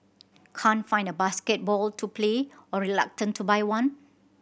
can't find a basketball to play or reluctant to buy one